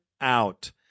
out